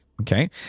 Okay